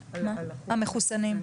והאוניברסיטאות?